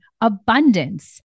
abundance